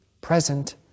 present